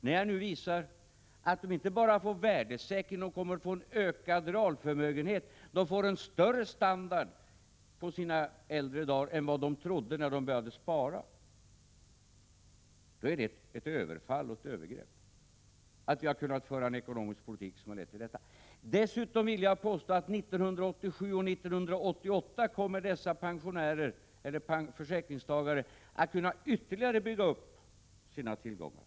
När jag nu visar att man inte bara får en värdesäkring utan att man också kommer att få en ökad realförmögenhet, en bättre standard på äldre dagar än man trodde när man började spara, ja, då talar man om ett överfall, ett övergrepp. Man säger att vi har kunnat föra en ekonomisk politik som har lett till detta. Dessutom vill jag påstå att 1987 och 1988 kommer dessa försäkringstagare att ytterligare kunna bygga upp sina tillgångar.